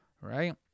Right